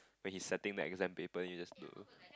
when he's setting the exam paper you just do